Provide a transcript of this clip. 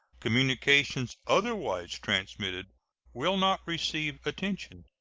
communications otherwise transmitted will not receive attention.